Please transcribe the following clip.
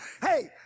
Hey